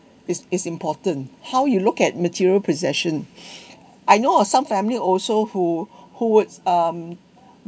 is is important how you look at material possession I know uh some family also who who works um